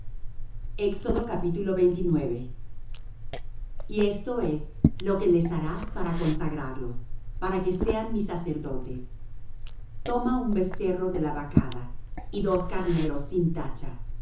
él y esto es lo que les harás para consagrarlos para que sean mis sacerdotes toma un becerro de la vacada y dos carneros sin tacha